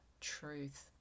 truth